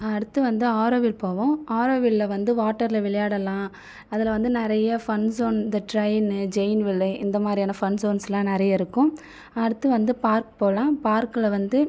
அடுத்து வந்த ஆரோவில் போவோம் ஆரோவில்லில் வந்து வாட்டரில் விளையாடலாம் அதில் வந்து நிறைய ஃபன் ஸோன் இந்த ட்ரெயின்னு ஜெயின் விலே இந்த மாதிரியான ஃபன் ஸோன்ஸ்லாம் நிறைய இருக்கும் அடுத்து வந்து பார்க் போகலாம் பார்க்கில் வந்து